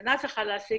שהמדינה צריכה להסיק,